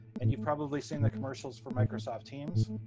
and you've probably seen the commercials for microsoft teams.